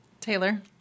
Taylor